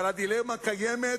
אבל הדילמה קיימת,